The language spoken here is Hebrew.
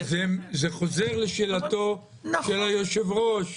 אבל זה חוזר לשאלתו של היושב-ראש.